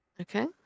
Okay